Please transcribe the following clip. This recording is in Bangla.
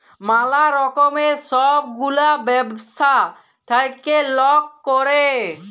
ম্যালা রকমের ছব গুলা ব্যবছা থ্যাইকে লক ক্যরে